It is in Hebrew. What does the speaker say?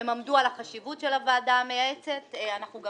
הם עמדו על החשיבות של הוועדה המייעצת ואנחנו גם